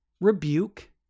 rebuke